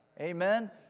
Amen